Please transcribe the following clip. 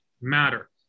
matter